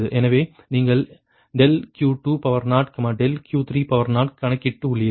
எனவே நீங்கள் ∆Q20 ∆Q30 கணக்கிட்டு உள்ளீர்கள்